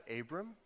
Abram